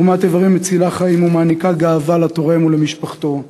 תרומת איברים מצילה חיים ומעניקה גאווה לתורם ולמשפחתו.